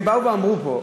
הם באו ואמרו פה,